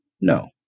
No